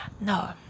No